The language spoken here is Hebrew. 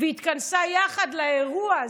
והתכנסה יחד לאירוע הזה,